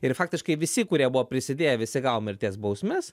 ir faktiškai visi kurie buvo prisidėję visi gavo mirties bausmes